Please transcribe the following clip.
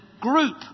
group